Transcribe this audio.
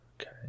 Okay